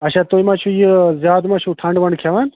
اچھا تُہۍ مَہ چھُو یہِ زیادٕ مَہ چھُو ٹھنٛڈٕ ونٛڈٕ کھٮ۪وان